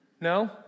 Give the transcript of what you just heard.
No